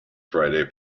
friday